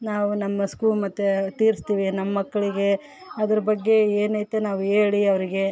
ನಾವು ನಮ್ಮ ಸ್ಫೂ ಮತ್ತು ತೀರುಸ್ತೀವಿ ನಮ್ಮ ಮಕ್ಕಳಿಗೆ ಅದರ ಬಗ್ಗೆ ಏನೈತೆ ನಾವು ಹೇಳಿ ಅವರಿಗೆ